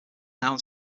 noun